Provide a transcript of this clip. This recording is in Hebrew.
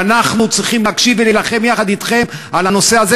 ואנחנו צריכים להקשיב ולהילחם יחד אתכם על הנושא הזה,